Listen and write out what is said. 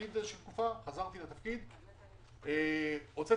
2021 ליושב-ראש הוועדה המחוזית וקבענו מתווה להמשך,